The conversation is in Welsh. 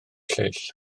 lleill